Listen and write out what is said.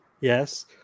Yes